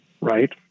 right